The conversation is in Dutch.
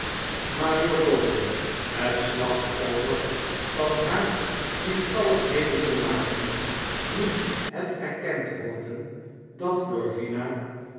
majoor dobbin het slachtoffer van haar lief talligheden te maken moet het erkend worden dat glorvina